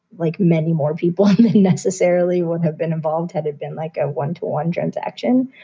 like many more people necessarily would have been involved had it been like a one to one transaction.